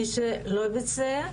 מי שלא ביצע,